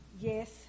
Yes